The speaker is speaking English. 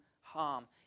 harm